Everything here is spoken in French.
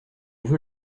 veux